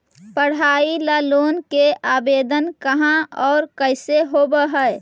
पढाई ल लोन के आवेदन कहा औ कैसे होब है?